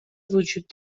وجود